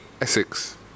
Essex